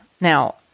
Now